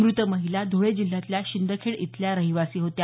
मृत महिला ध्रळे जिल्ह्यातल्या शिंदखेडा इथल्या रहिवासी होत्या